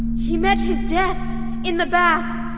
he met his death in the bath.